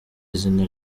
izina